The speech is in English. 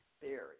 theory